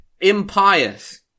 impious